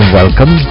welcome